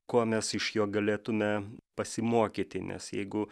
ko mes iš jo galėtume pasimokyti nes jeigu